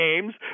games